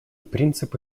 принципы